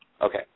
Okay